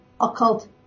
occult